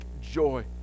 joy